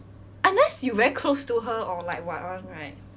unless you very close to her or like what [one] right